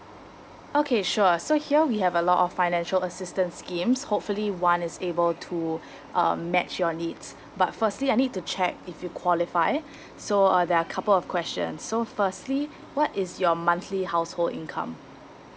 okay sure so here we have a lot of financial assistance schemes hopefully one is able to um match your needs but firstly I need to check if you qualify so uh there are couple of questions so firstly what is your monthly household income